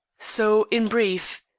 so, in brief,